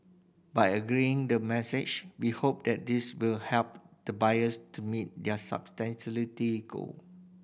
by aggregating the masses we hope that this will help the buyers to meet their sustainability goal